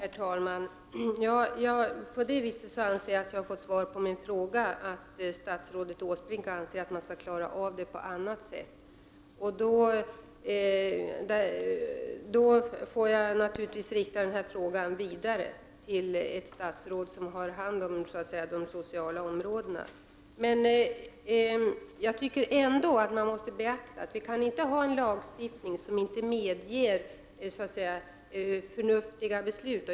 Herr talman! Så till vida anser jag att jag har fått svar på min fråga som statsrådet Åsbrink anser att man skall klara detta problem på annat sätt. Jag får naturligtvis rikta denna fråga vidare, till ett statsråd som har hand om de sociala områdena. Jag tycker ändå att man måste beakta att vi inte kan ha en lagstiftning som inte medger förnuftiga beslut.